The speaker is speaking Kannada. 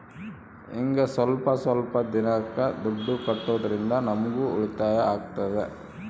ಹಿಂಗ ಸ್ವಲ್ಪ ಸ್ವಲ್ಪ ದಿನಕ್ಕ ದುಡ್ಡು ಕಟ್ಟೋದ್ರಿಂದ ನಮ್ಗೂ ಉಳಿತಾಯ ಆಗ್ತದೆ